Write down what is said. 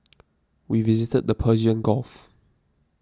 we visited the Persian Gulf